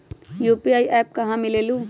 UPI app कहा से मिलेलु?